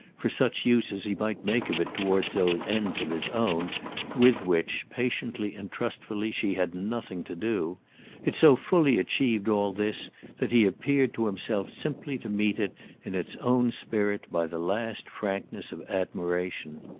for such use as he might make of it toward those ends of his own with which, patiently and trustfully, she had nothing to do it so fully achieved all this that he appeared to himself simply to meet it in its own spirit by the last frankness of admiration.